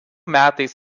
metais